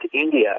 India